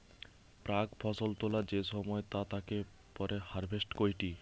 প্রাক ফসল তোলা যে সময় তা তাকে পরে হারভেস্ট কইটি